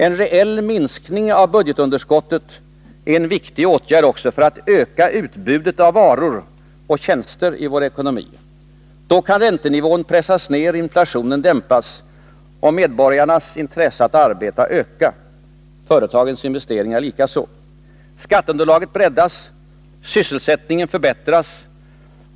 En reell minskning av budgetunderskottet är en viktig åtgärd också för att öka utbudet av varor och tjänster i vår ekonomi. Då kan räntenivån pressas ned och inflationen dämpas. Medborgarnas intresse för att arbeta ökar. Företagens investeringar likaså. Skatteunderlaget breddas. Sysselsättningen förbättras.